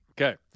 Okay